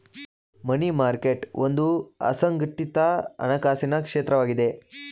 ಮನಿ market ಒಂದು ಅಸಂಘಟಿತ ಹಣಕಾಸಿನ ಕ್ಷೇತ್ರವಾಗಿದೆ